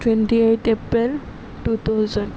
twenty eight April two thousand